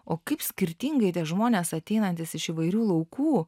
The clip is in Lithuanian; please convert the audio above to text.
o kaip skirtingai tie žmonės ateinantys iš įvairių laukų